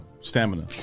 stamina